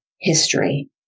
history